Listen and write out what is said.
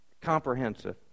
comprehensive